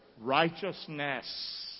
Righteousness